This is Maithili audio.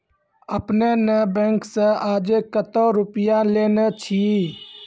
आपने ने बैंक से आजे कतो रुपिया लेने छियि?